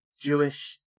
Jewish